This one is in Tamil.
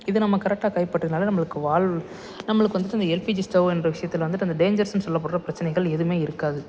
இது நம்ம கரெக்டாக கைப்பற்றினாலே நம்மளுக்கு வாழ் நம்மளுக்கு வந்துட்டு இந்த எல்பிஜி ஸ்டவ்வுகிற விஷயத்தில் வந்துட்டு அந்த டேஞ்சர்ஸ்ன்னு சொல்லப்படுற பிரச்சினைகள் எதுவுமே இருக்காது